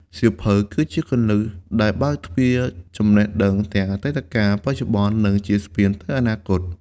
សៀវភៅគឺជាគន្លឹះដែលបើកទ្វារចំណេះដឹងទាំងអតីតកាល បច្ចុប្បន្ន និងជាស្ពានទៅអនាគត។